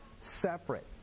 separate